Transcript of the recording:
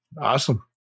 awesome